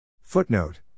Footnote